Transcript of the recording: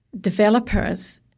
developers